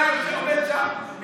אתה עומד שם,